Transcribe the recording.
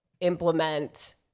implement